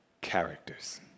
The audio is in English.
characters